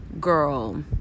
girl